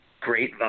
great